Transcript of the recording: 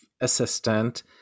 assistant